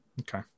Okay